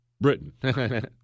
Britain